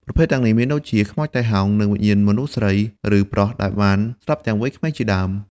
ប្រភេទទាំងនេះមានដូចជា ខ្មោចតៃហោង និងវិញ្ញាណមនុស្សស្រី ឬប្រុសដែលបានស្លាប់ទាំងវ័យក្មេងជាដើម។